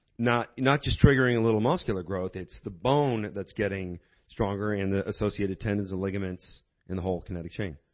not not just triggering a little muscular growth, it's the bone that's getting stronger, and the associated tendons and ligaments in the whole connected chain.